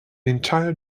entire